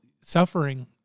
suffering